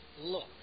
Look